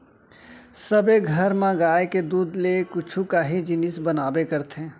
सबे घर म गाय के दूद ले कुछु काही जिनिस बनाबे करथे